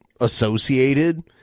associated